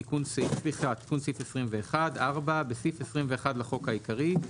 תיקון סעיף 21 4. בסעיף 21 לחוק העיקרי,